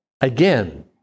Again